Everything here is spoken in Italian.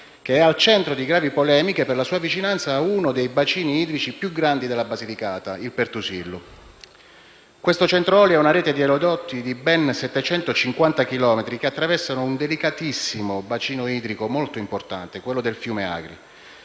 è al centro di gravi polemiche per la sua vicinanza a uno dei bacini idrici più grandi della Basilicata, il Pertusillo. Questo centro oli ha una rete di oleodotti di ben 750 chilometri che attraversano un delicatissimo bacino idrico molto importante, quello del fiume Agri,